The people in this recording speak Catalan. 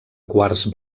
quars